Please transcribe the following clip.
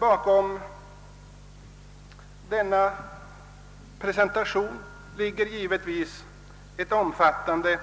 Bakom denna presentation ligger givetvis ett omfattande